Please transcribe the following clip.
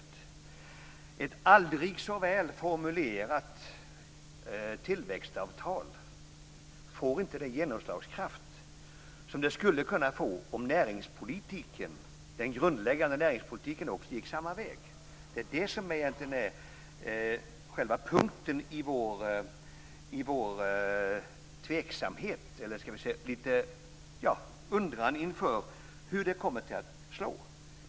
Ett tillväxtavtal kan vara aldrig så väl formulerat men det får inte den genomslagskraft som det skulle kunna få om den grundläggande näringspolitiken gick samma väg. Det är egentligen där som vi känner tveksamhet och undran inför hur det här kommer att slå.